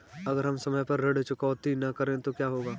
अगर हम समय पर ऋण चुकौती न करें तो क्या होगा?